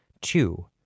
two